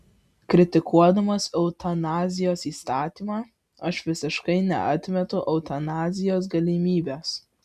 kritikuodamas eutanazijos įstatymą aš visiškai neatmetu eutanazijos galimybės